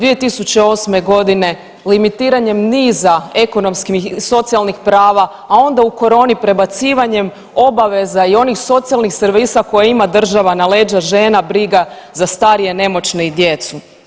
2008. godine limitiranjem niza ekonomskih i socijalnih prava, a onda u coroni prebacivanjem obaveza i onih socijalnih servisa koje ima država na leđa žena, briga za starije, nemoćne i djecu.